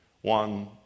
one